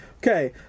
Okay